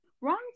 wrong